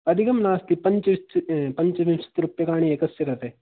अधिकं नास्ति पञ्च च् पञ्चविंशत् रूप्यकाणि एकस्य कृते